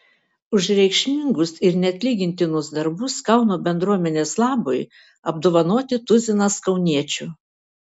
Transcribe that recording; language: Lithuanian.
už reikšmingus ir neatlygintinus darbus kauno bendruomenės labui apdovanoti tuzinas kauniečių